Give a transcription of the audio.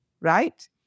right